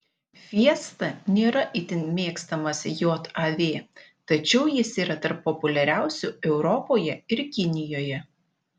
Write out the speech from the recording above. fiesta nėra itin mėgstamas jav tačiau jis yra tarp populiariausių europoje ir kinijoje